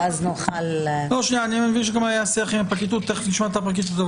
אני מבין שגם היה שיח עם הפרקליטות ותכף נשמע את הפרקליטות.